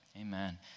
Amen